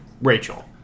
Rachel